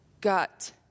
gut